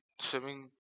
swimming